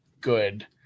good